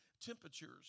temperatures